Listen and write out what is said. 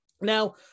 Now